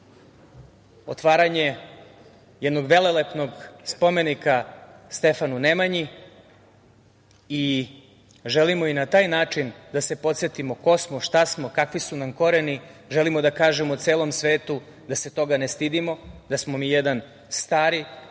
otvaranje jednog velelepnog spomenika Stefanu Nemanji i želimo i na taj način da se podsetimo ko smo, šta smo, kakvi su nam koreni, želimo da kažemo celom svetu da se toga ne stidimo, da smo mi jedan stari,